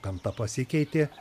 gamta pasikeitė